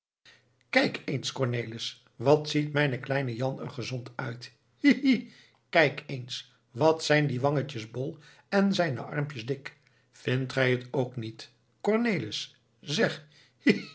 kijk eens cornelis wat ziet mijn kleine jan er gezond uit hi hi kijk eens wat zijn die wangetjes bol en zijne armpjes dik vindt gij het ook niet cornelis zeg